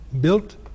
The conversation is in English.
built